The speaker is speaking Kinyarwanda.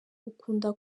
ukunda